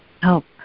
help